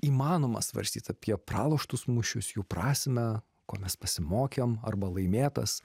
įmanoma svarstyt apie praloštus mūšius jų prasmę ko mes pasimokėm arba laimėtas